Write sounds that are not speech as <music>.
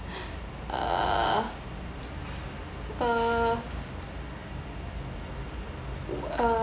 <breath> uh uh uh